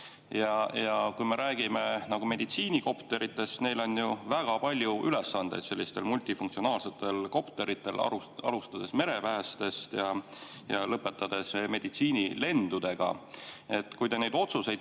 Ja kui me räägime meditsiinikopteritest, siis neil on ju väga palju ülesandeid, sellistel multifunktsionaalsetel kopteritel, alustades merepäästest ja lõpetades meditsiinilendudega. Kui te neid otsuseid